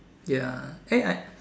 ya eh I